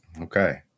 Okay